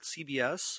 CBS